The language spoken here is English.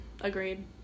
agreed